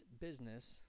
business